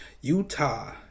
Utah